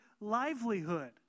livelihood